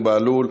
זוהיר בהלול,